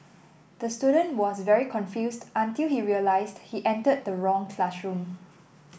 the student was very confused until he realised he entered the wrong classroom